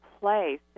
place